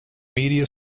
media